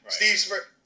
Steve